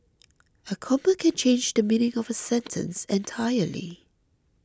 a comma can change the meaning of a sentence entirely